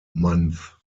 month